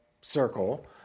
circle